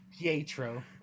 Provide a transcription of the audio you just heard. Pietro